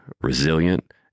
resilient